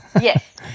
Yes